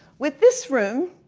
with this room,